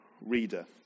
reader